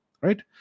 right